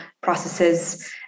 processes